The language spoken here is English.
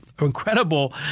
incredible